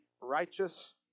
righteous